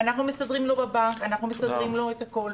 אנחנו מסדרים לו בבנק, אנחנו מסדרים לו את הכול.